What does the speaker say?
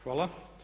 Hvala.